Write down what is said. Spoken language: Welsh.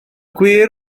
gwir